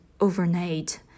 overnight